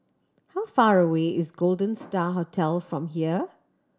how far away is Golden Star Hotel from here